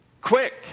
Quick